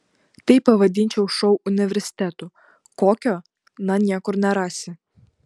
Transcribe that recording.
tai pavadinčiau šou universitetu kokio na niekur nerasi